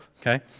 Okay